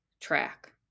track